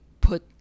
put